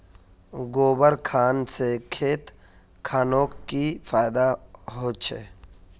गोबर खान से खेत खानोक की फायदा होछै?